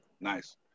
Nice